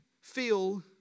feel